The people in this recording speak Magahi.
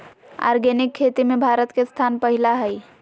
आर्गेनिक खेती में भारत के स्थान पहिला हइ